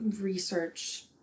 research